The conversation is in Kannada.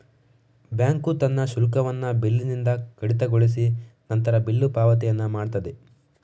ಬ್ಯಾಂಕು ತನ್ನ ಶುಲ್ಕವನ್ನ ಬಿಲ್ಲಿನಿಂದ ಕಡಿತಗೊಳಿಸಿ ನಂತರ ಬಿಲ್ಲು ಪಾವತಿಯನ್ನ ಮಾಡ್ತದೆ